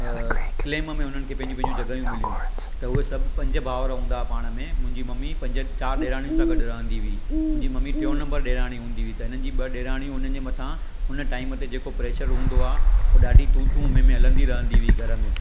अ claim में हुननि खे पंहिंजी पंहिंजी जॻहियूं मिलियूं त उहे सभु पंज भाउर हूंदा हुआ पाण में मुंहिंजी मम्मी पंज चार ॾेराणियुनि सां गॾु रहंदी हुई मुंहिंजी मम्मी टियों नंबर ॾेराणी हूंदी हुई त हिनिनि जी ॿ ॾेराणियूं हुननि जे मथां उन टाइम ते जेको प्रेशर हूंदो आहे पोइ ॾाढी तूं तूं मैं मैं हलंदी रहंदी हुई घर में